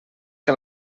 que